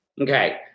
Okay